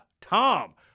Tom